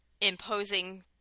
imposing